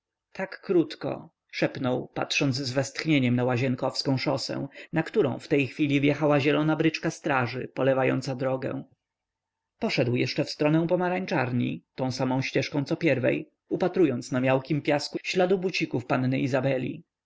tak krótko szepnął patrząc z westchnieniem na łazienkowską szosę na którą w tej chwili wjechała zielona beczka straży polewająca drogę poszedł jeszcze w stronę pomarańczarni tą samą ścieżką co pierwiej upatrując na miałkim piasku śladu bucików panny izabeli